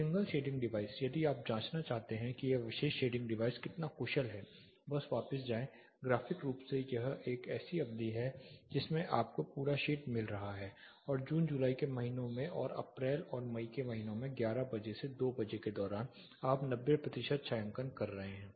single shading device यदि आप जांचना चाहते हैं की यह विशेष शेडिंग डिवाइस कितना कुशल है बस वापस जाएं ग्राफिक रूप से यह एक ऐसी अवधि है जिसमें आपको पूरा शेड मिल रहा है और जून जुलाई के महीनों में और अप्रैल और मई के महीनों में 11 बजे से 2 बजे के दौरान आप 90 प्रतिशत छायांकन कर रहे हैं